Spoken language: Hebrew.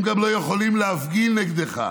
הם גם לא יכולים להפגין נגדך,